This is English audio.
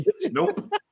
Nope